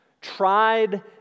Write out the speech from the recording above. tried